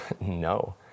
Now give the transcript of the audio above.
no